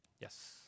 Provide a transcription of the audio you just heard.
Yes